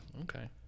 Okay